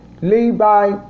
Levi